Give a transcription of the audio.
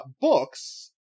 books